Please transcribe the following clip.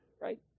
Right